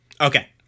Okay